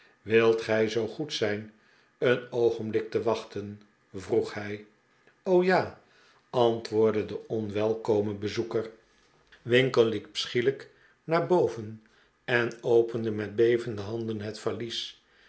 wilt gij zoo goed zijn een oogenblik te wachten vroeg hij r o ja antwoordde de onwelkome bezoeker winkle liep schielijk naar boven en opende met bevende handen het valies